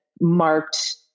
marked